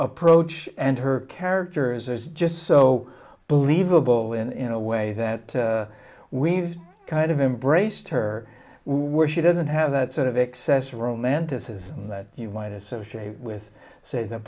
approach and her characters is just so believable in a way that we've kind of embraced her where she doesn't have that sort of excess romanticism that you might associate with say the